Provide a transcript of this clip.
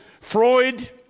Freud